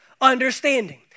understanding